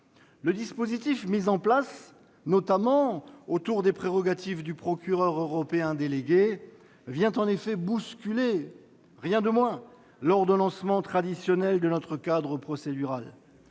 Le dispositif mis en place, notamment autour des prérogatives du procureur européen délégué, vient en effet bousculer, rien de moins, l'ordonnancement traditionnel de notre cadre procédural.